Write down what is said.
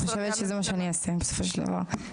אני חושבת שזה מה שאני אעשה בסופו של דבר.